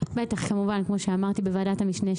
(אומרת דברים בשפת הסימנים,